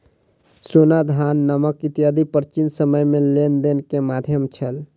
सोना, धान, नमक इत्यादि प्राचीन समय में लेन देन के माध्यम छल